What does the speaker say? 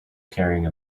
carrying